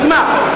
למה לא שינית?